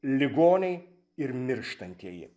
ligoniai ir mirštantieji